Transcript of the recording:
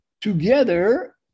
together